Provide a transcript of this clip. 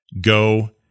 go